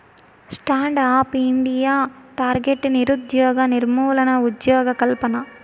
stand up India target నిరుద్యోగ నిర్మూలన, ఉజ్జోగకల్పన